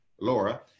Laura